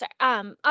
Sorry